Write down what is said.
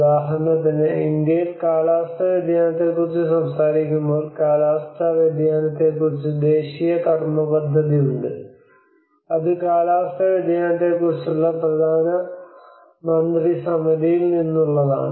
ഉദാഹരണത്തിന് ഇന്ത്യയിൽ കാലാവസ്ഥാ വ്യതിയാനത്തെക്കുറിച്ച് സംസാരിക്കുമ്പോൾ കാലാവസ്ഥാ വ്യതിയാനത്തെക്കുറിച്ച് ദേശീയ കർമപദ്ധതി ഉണ്ട് അത് കാലാവസ്ഥാ വ്യതിയാനത്തെക്കുറിച്ചുള്ള പ്രധാനമന്ത്രി സമിതിയിൽ നിന്നുള്ളതാണ്